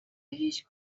هیچ